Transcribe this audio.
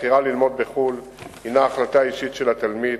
הבחירה ללמוד בחו"ל היא החלטה אישית של התלמיד,